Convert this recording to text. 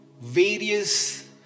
various